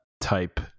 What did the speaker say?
type